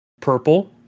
purple